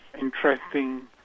interesting